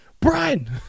Brian